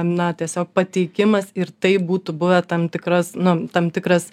na tiesiog pateikimas ir tai būtų buvę tam tikras na tam tikras